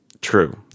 True